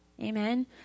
Amen